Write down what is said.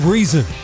Reason